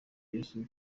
yesu